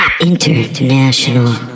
INTERNATIONAL